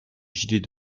gilets